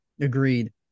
Agreed